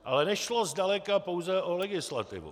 Ale nešlo zdaleka pouze o legislativu.